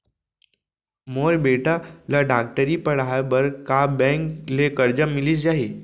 मोर बेटा ल डॉक्टरी पढ़ाये बर का बैंक ले करजा मिलिस जाही?